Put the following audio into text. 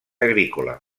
agrícola